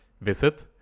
Visit